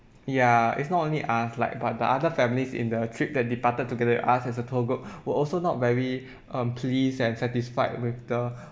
ya it's not only us like but the other families in the trip that departed together with us as a tour group were also not very um pleased and satisfied with the